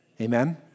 Amen